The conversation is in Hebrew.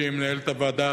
שהיא מנהלת הוועדה,